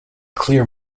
clear